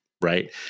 right